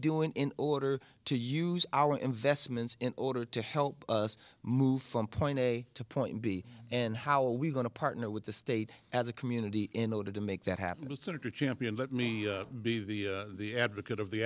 do in order to use our investments in order to help us move from point a to point b and how we're going to partner with the state as a community in order to make that happen to senator champion let me be the the advocate of the